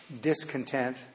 discontent